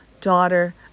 daughter